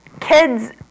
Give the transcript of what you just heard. kids